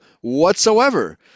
whatsoever